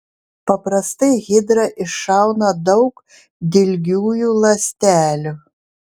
paprastai hidra iššauna daug dilgiųjų ląstelių